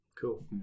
Cool